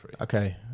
Okay